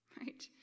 Right